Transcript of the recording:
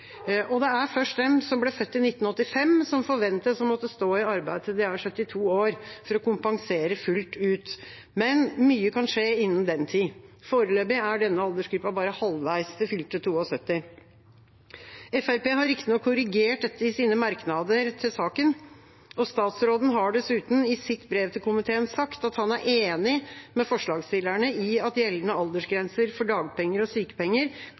Det er først de som ble født i 1985, som forventes å måtte stå i arbeid til de er 72 år for å kompensere fullt ut, men mye kan skje innen den tid. Foreløpig er denne aldersgruppa bare halvveis til fylte 72 år. Fremskrittspartiet har riktignok korrigert dette i sine merknader til saken. Statsråden har dessuten i sitt brev til komiteen sagt at han er enig med forslagsstillerne i at gjeldende aldersgrenser for dagpenger og sykepenger